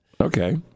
Okay